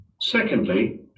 Secondly